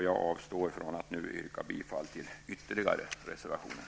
Jag avstår från att nu yrka bifall till ytterligare reservationer.